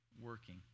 working